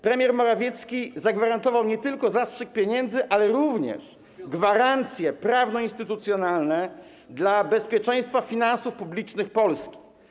Premier Morawiecki zagwarantował nie tylko zastrzyk pieniędzy, ale również gwarancje prawno-instytucjonalne dla bezpieczeństwa finansów publicznych Polski.